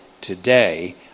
today